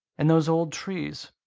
and those old trees.